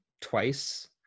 twice